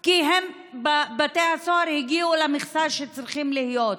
כי בתי הסוהר הגיעו למכסה שצריכה להיות,